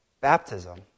baptism